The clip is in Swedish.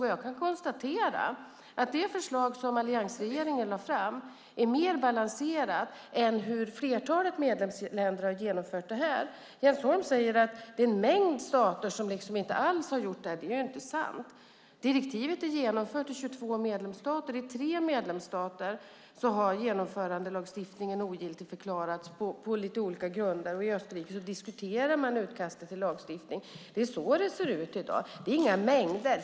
Och jag kan konstatera att det förslag som Alliansregeringen lade fram är mer balanserat än det sätt på vilket flertalet medlemsländer har genomfört det här. Jens Holm säger att det är en mängd stater som inte alls har genomfört direktivet. Det är inte sant. Direktivet är genomfört i 22 medlemsstater, i 3 medlemsstater har genomförandelagstiftningen ogiltigförklarats på lite olika grunder och i Österrike diskuterar man utkastet till lagstiftning. Det är så det ser ut i dag.